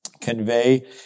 convey